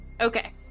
Okay